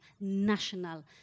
national